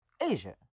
Asia